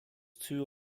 two